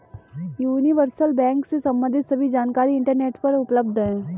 universal bank से सम्बंधित सभी जानकारी इंटरनेट पर उपलब्ध है